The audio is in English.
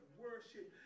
worship